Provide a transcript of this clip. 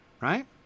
right